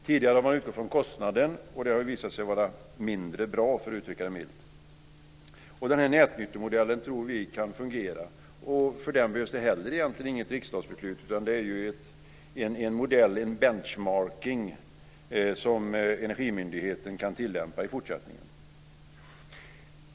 Tidigare har man utgått från kostnaden, och det har visat sig vara mindre bra, för att uttrycka det milt. Vi tror att nätbytesmodellen kan fungera. För den behövs det heller inget riksdagsbeslut. Det är en modell, en benchmarking, som Energimyndigheten kan tillämpa i fortsättningen.